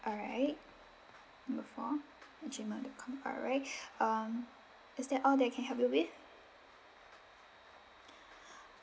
alright number four at G mail dot com alright um is that all that I can help you with